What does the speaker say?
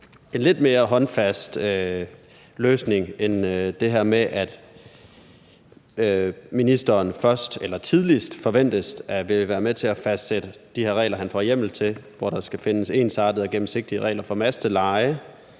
en lidt mere håndfast løsning end det her med, at ministeren tidligst forventes at ville være med til at fastsætte de her regler, han får hjemmel til, hvor der skal findes ensartede og gennemsigtige regler for udlejning